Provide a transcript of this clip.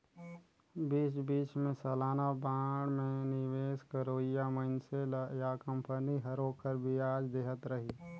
बीच बीच मे सलाना बांड मे निवेस करोइया मइनसे ल या कंपनी हर ओखर बियाज देहत रही